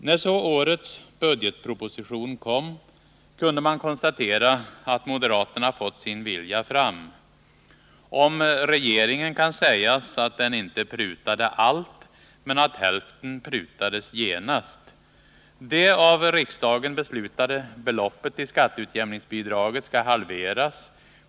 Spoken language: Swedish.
När så årets budgetproposition kom, kunde man konstatera att moderaterna fått sin vilja fram. Om regeringen kan sägas att den inte prutade allt, men att hälften prutades genast. Det av riksdagen beslutade beloppet till skatteutjämningsbidrag skall halveras.